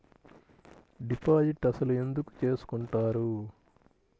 Deposit అసలు ఎందుకు చేసుకుంటారు?